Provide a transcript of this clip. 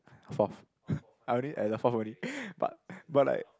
fourth I only at the fourth only but but like